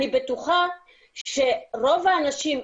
אני בטוחה שרוב האנשים,